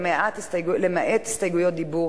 למעט הסתייגויות דיבור.